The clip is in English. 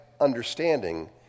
understanding